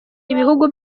ibihugu